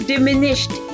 diminished